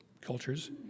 cultures